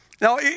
Now